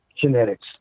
genetics